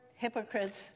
hypocrite's